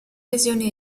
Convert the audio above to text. lesioni